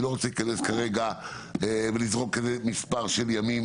אני לא רוצה להיכנס כרגע ולזרוק איזה מספר של ימים,